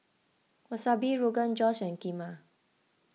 Wasabi Rogan Josh and Kheema